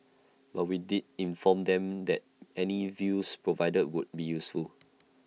but we did inform them that any views provided would be useful